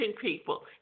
people